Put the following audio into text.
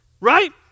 Right